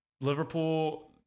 Liverpool